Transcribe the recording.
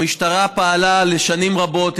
המשטרה פעלה שנים רבות,